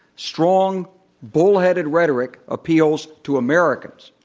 strong bull-headed rhetoric appeals to americans,